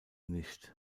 nicht